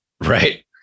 Right